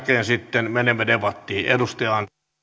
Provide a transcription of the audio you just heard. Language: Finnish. sitten menemme debattiin arvoisa